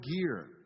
gear